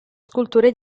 sculture